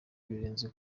birenze